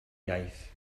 iaith